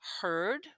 heard